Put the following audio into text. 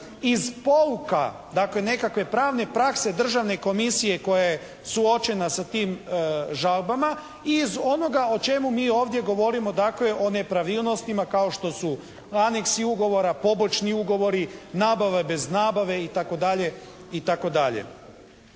iz pouka, dakle nekakve pravne prakse Državne komisije koja je suočena sa tim žalbama i iz onoga o čemu mi ovdje govorimo, dakle o nepravilnostima kao što su aneksi ugovora, pomoćni ugovori, nabava bez nabave itd.,